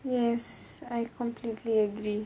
yes I completely agree